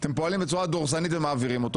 אתם פועלים בצורה דורסנית ומעבירים אותו